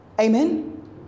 Amen